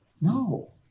No